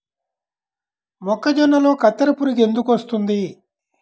మొక్కజొన్నలో కత్తెర పురుగు ఎందుకు వస్తుంది?